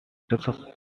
reconstruct